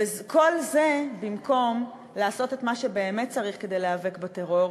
וכל זה במקום לעשות את מה שבאמת צריך כדי להיאבק בטרור,